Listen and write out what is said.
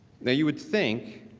yeah you would think